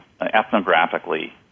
ethnographically